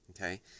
okay